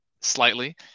slightly